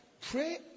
Pray